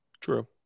True